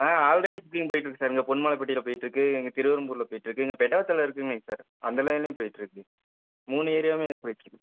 ஆ already booking போயிகிட்டு இருக்கு sir இங்கே பொன்மனப்பட்டியில் போயிட்டுருக்கு இங்கே திருவெறும்பூரில போயிட்டுருக்கு இங்கே இருக்குங்க சார் அந்த லைன்லையும் போயிட்டுருக்கு மூணு ஏரியாலையுமே போயிட்டுருக்கு